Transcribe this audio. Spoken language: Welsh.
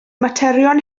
materion